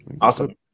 Awesome